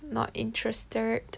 not interested